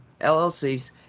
llcs